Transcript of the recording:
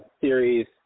series